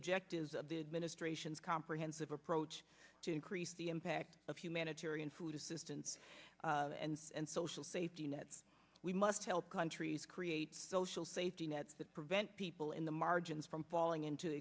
objectives of the administration's comprehensive approach to increase the impact of humanitarian food assistance and social safety net we must help countries create social safety nets that prevent people in the margins from falling into